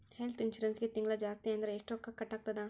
ಹೆಲ್ತ್ಇನ್ಸುರೆನ್ಸಿಗೆ ತಿಂಗ್ಳಾ ಜಾಸ್ತಿ ಅಂದ್ರ ಎಷ್ಟ್ ರೊಕ್ಕಾ ಕಟಾಗ್ತದ?